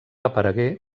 aparegué